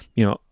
you know,